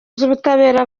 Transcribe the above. z’ubutabera